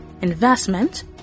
investment